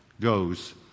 goes